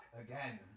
again